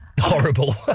Horrible